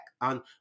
on